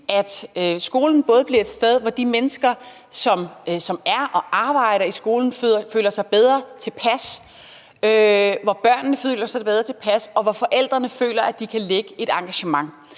at skolen bliver et sted, hvor de mennesker, som er og arbejder i skolen, føler sig bedre tilpas, hvor børnene føler sig bedre tilpas, og hvor forældrene føler, at de kan lægge et engagement.